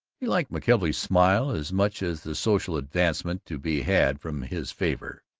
he liked mckelvey's smile as much as the social advancement to be had from his favor.